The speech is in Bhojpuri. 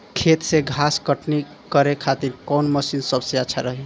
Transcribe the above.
खेत से घास कटनी करे खातिर कौन मशीन सबसे अच्छा रही?